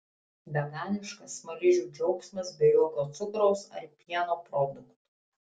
veganiškas smaližių džiaugsmas be jokio cukraus ar pieno produktų